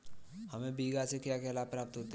हमें बीमा से क्या क्या लाभ प्राप्त होते हैं?